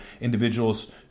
individuals